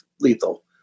lethal